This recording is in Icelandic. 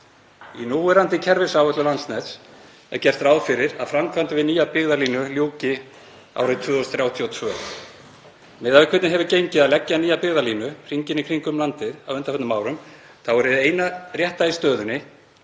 Í núverandi kerfisáætlun Landsnets er gert ráð fyrir að framkvæmdum við nýja byggðalínu ljúki árið 2032. Miðað við hvernig hefur gengið að leggja nýja byggðalínu hringinn í kringum landið á undanförnum árum þá er hið eina rétta í stöðunni